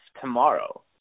tomorrow